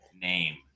name